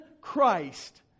christ